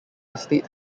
estate